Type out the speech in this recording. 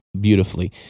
beautifully